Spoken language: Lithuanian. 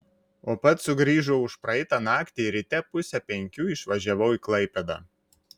o pats sugrįžau užpraeitą naktį ir ryte pusę penkių išvažiavau į klaipėdą